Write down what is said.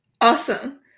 Awesome